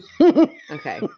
Okay